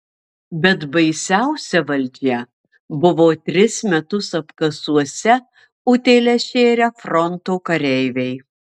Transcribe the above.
bet baisiausia valdžia buvo tris metus apkasuose utėles šėrę fronto kareiviai